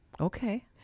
Okay